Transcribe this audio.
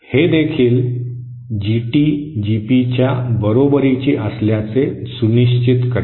हे देखील जीटी जीपीच्या बरोबरीची असल्याचे सुनिश्चित करेल